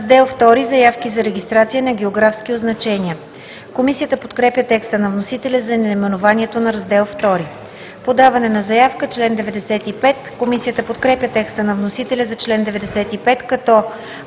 „Раздел II – Заявки за регистрация на географски означения“. Комисията подкрепя текста на вносителя за наименованието на Раздел ІІ. „Член 95 – Подаване на заявка“. Комисията подкрепя текста на вносителя за чл. 95, като: